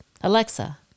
Alexa